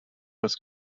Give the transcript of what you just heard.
was